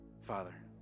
Father